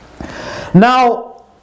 Now